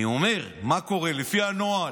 אני אומר מה קורה לפי הנוהל.